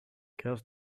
curse